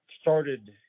started